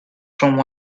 from